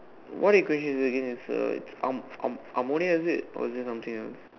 what equation is it again it's a am~ am~ ammonia is it or is it something else